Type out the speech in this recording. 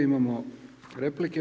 Imamo replike.